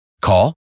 Call